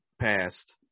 passed